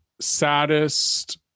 saddest